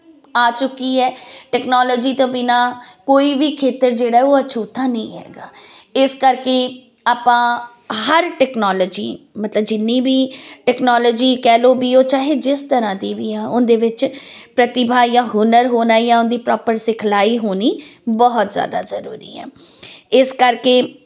ਆ ਚੁੱਕੀ ਹੈ ਟੈਕਨੋਲੋਜੀ ਤੋਂ ਬਿਨਾਂ ਕੋਈ ਵੀ ਖੇਤਰ ਜਿਹੜਾ ਉਹ ਝੂਠਾ ਨਹੀਂ ਹੈਗਾ ਇਸ ਕਰਕੇ ਆਪਾਂ ਹਰ ਟੈਕਨੋਲੋਜੀ ਮਤਲਬ ਜਿੰਨੀ ਵੀ ਟੈਕਨੋਲੋਜੀ ਕਹਿ ਲਓ ਵੀ ਉਹ ਚਾਹੇ ਜਿਸ ਤਰ੍ਹਾਂ ਦੀ ਵੀ ਆ ਉਹਦੇ ਵਿੱਚ ਪ੍ਰਤਿਭਾ ਯਾਂ ਹੁਨਰ ਹੋਣਾ ਜਾਂ ਉਹਦੀ ਪ੍ਰੋਪਰ ਸਿਖਲਾਈ ਹੋਣੀ ਬਹੁਤ ਜਿਆਦਾ ਜਰੂਰੀ ਹ ਇਸ ਕਰਕੇ